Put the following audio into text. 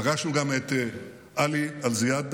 פגשנו גם את עלי אלזיאדנה,